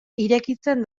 irekitzen